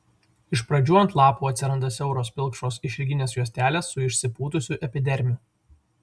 iš pradžių ant lapų atsiranda siauros pilkšvos išilginės juostelės su išsipūtusiu epidermiu